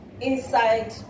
inside